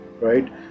right